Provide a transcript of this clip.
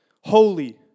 holy